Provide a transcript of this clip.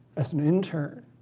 as an intern,